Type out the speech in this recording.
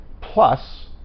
plus